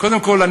קודם כול,